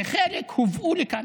וחלק הובאו לכאן.